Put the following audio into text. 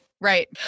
right